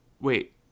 Wait